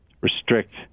restrict